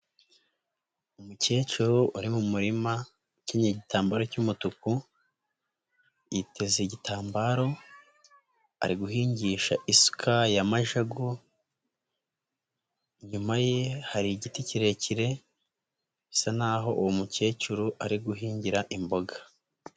Umukecuru wari mu murima ukenyeye igitambaro cy'umutuku yiteze igitambaro ari guhingisha isuka ya majagu, inyuma ye hari igiti kirekire bisa naho uwo mukecuru ari guhingira imboga.